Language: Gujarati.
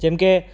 જેમકે